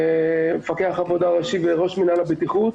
מפקח העבודה הראשי וראש מינהל הבטיחות.